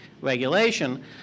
regulation